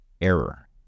error